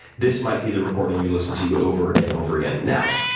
this might be the recording you'll listen to over and over again. now,